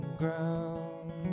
ground